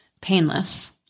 painless